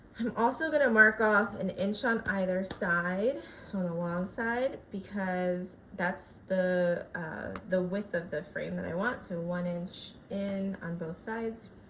i'm also going to mark off an inch on either side so on the long side because that's the the width of the frame that i want so one inch in on both sides.